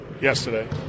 yesterday